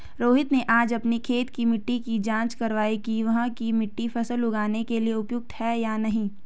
रोहित ने आज अपनी खेत की मिट्टी की जाँच कारवाई कि वहाँ की मिट्टी फसल उगाने के लिए उपयुक्त है या नहीं